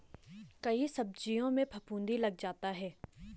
कई सब्जियों में फफूंदी लग जाता है